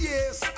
Yes